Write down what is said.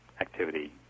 activity